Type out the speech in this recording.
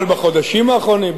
אבל בחודשים האחרונים,